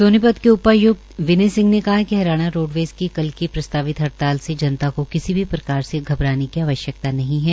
सोनीपत के उपाय्क्त विनय सिंह ने कहा है कि हरियाणा रोडवेज की प्रस्तावित हड़ताल से जनता को किसी भी प्रकार से घबराने की आवश्यक्ता नहीं है